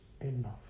enough